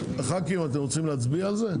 ח"כים, אתם רוצים להצביע על זה?